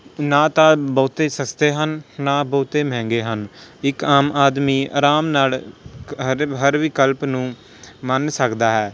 ਨਾ ਤਾਂ ਬਹੁਤੇ ਸਸਤੇ ਹਨ ਨਾ ਬਹੁਤੇ ਮਹਿੰਗੇ ਹਨ ਇੱਕ ਆਮ ਆਦਮੀ ਆਰਾਮ ਨਾਲ ਹਰ ਹਰ ਵਿਕਲਪ ਨੂੰ ਮੰਨ ਸਕਦਾ ਹੈ